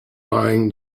lying